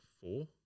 Four